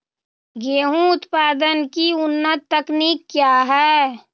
गेंहू उत्पादन की उन्नत तकनीक क्या है?